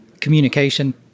communication